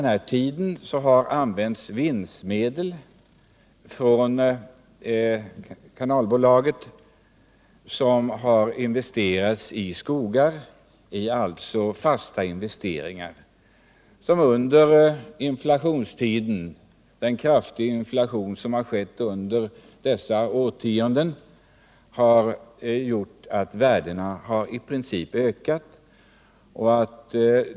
Kanalbolaget har investerat vinstmedel bl.a. i skog, alltså i tillgångar som behållit sitt värde och t.o.m. ökat i värde under de senaste årtiondenas kraftiga inflation.